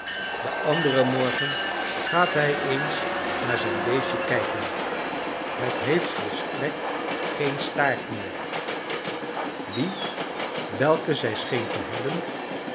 den anderen morgen gaat hij eens naar zijn beestje kijken het heeft volstrekt geen staart meer die welken zij scheen te hebben